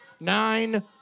nine